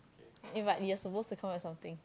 eh but we are supposed to come up with something